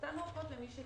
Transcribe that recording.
נתנו אורכות למי שצריך.